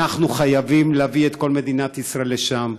אנחנו חייבים להביא את כל מדינת ישראל לשם,